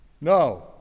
no